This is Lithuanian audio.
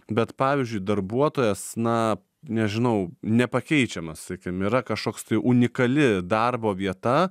bet pavyzdžiui darbuotojas na nežinau nepakeičiamas sakim yra kažkoks tai unikali darbo vieta